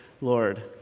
Lord